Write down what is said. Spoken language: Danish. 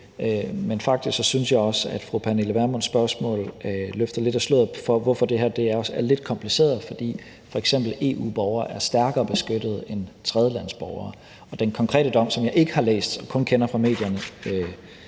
men faktisk synes jeg også, at fru Pernille Vermunds spørgsmål løfter lidt af sløret for, hvorfor det her også er lidt kompliceret. For f.eks. EU-borgere er bedre beskyttede end tredjelandsborgere. Den konkrete dom har jeg ikke læst, jeg kender den kun fra medierne,